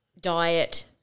diet